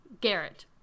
Garrett